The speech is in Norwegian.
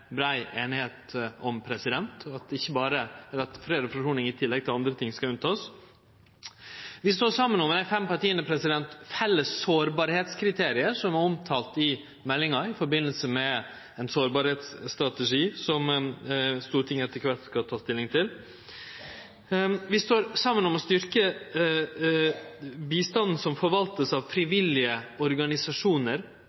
brei einigheit om, altså at fred og forsoning i tillegg til andre ting skal vere unnatekne. Dei fem partia står saman om felles sårbarheitskriterium, som er omtalte i meldinga i forbindelse med ein sårbarheitsstrategi som Stortinget etter kvart skal ta stilling til. Vi står saman om å styrkje bistanden som vert forvalta av